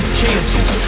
chances